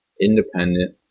independent